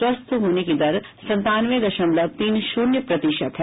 स्वस्थ होने की दर संतानवे दशमलव तीन शून्य प्रतिशत है